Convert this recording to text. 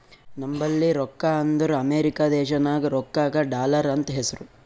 ನಂಬಲ್ಲಿ ರೊಕ್ಕಾ ಅಂದುರ್ ಅಮೆರಿಕಾ ದೇಶನಾಗ್ ರೊಕ್ಕಾಗ ಡಾಲರ್ ಅಂತ್ ಹೆಸ್ರು